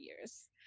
years